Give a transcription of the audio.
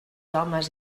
homes